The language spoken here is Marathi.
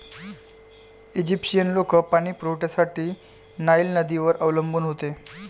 ईजिप्शियन लोक पाणी पुरवठ्यासाठी नाईल नदीवर अवलंबून होते